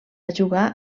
jugar